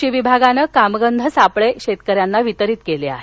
कृषी विभागाने कामगंध सापळे शेतकऱ्यांना वितरीत केले आहेत